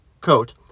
coat